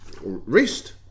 wrist